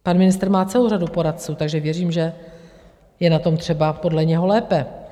Pan ministr má celou řadu poradců, takže věřím, že je na tom třeba podle něho lépe.